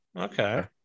Okay